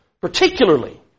particularly